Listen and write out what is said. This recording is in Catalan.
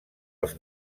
els